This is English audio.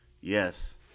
Yes